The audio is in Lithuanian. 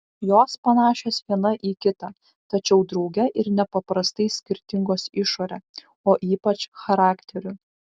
jos panašios viena į kitą tačiau drauge ir nepaprastai skirtingos išore o ypač charakteriu